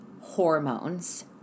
hormones